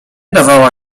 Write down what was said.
dawała